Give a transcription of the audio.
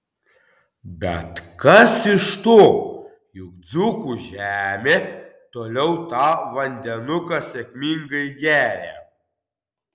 bet kas iš to juk dzūkų žemė toliau tą vandenuką sėkmingai geria